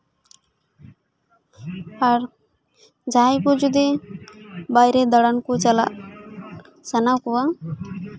ᱟᱨ ᱡᱟᱦᱟᱸᱭ ᱠᱚ ᱡᱩᱫᱤ ᱵᱟᱭᱨᱮ ᱫᱟᱬᱟᱱ ᱠᱩ ᱪᱟᱞᱟᱜ ᱥᱟᱱᱟ ᱠᱚᱣᱟ